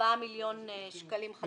מארבעה מיליון שקלים חדשים, זו התוספת.